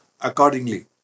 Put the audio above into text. accordingly